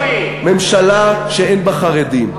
ממשלה שאין בה חרדים.